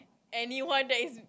anyone that is